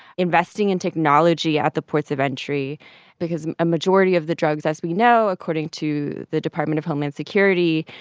investing in technology at the ports of entry because a majority of the drugs, as we know, according to the department of homeland security,